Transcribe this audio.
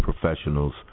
professionals